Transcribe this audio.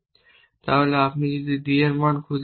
তাহলে আপনি যদি d এর মান খুঁজে না পান